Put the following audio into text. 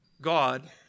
God